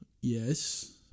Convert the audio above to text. Yes